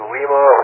Lima